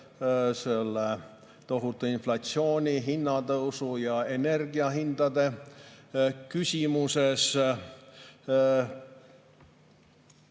selle tohutu inflatsiooni, hinnatõusu ja energiahindade küsimuses.